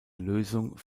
lösung